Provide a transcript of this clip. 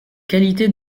qualités